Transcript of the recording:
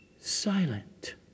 silent